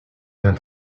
d’un